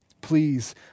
Please